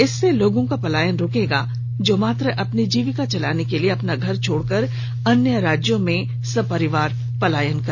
इससे लोगों का पलायन रुकेगा जो मात्र अपनी जीविका चलाने के लिए अपना घर छोड़ कर अन्य राज्यों में सपरिवार पलायन कर जाते हैं